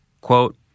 quote